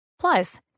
Plus